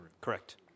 Correct